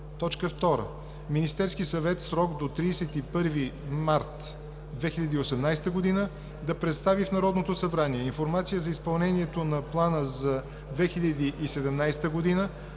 г.). 2. Министерския съвет в срок до 31 март 2018 г. да представи в Народното събрание информация за изпълнението на Плана за 2017 г.